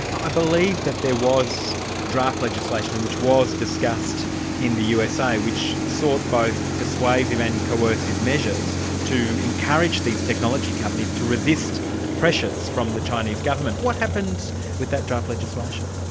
i believe that there was draft legislation which was discussed in the usa which sought both persuasive and coercive measures to encourage these technology companies to resist pressures from the chinese government. what happens with that draft legislation?